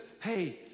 Hey